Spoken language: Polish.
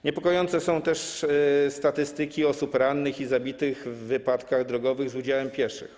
Niepokojące są też statystyki dotyczące osób rannych i zabitych w wypadkach drogowych z udziałem pieszych.